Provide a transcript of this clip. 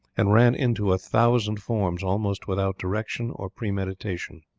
and ran into a thousand forms almost without direction or premeditation.